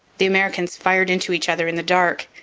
the americans fired into each other in the dark,